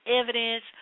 evidence